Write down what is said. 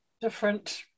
different